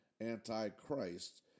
Antichrist